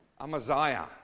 Amaziah